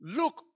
look